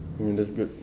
I mean that's good